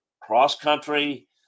cross-country